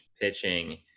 pitching